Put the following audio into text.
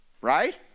right